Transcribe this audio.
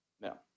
No